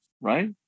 right